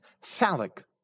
phallic